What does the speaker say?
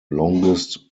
longest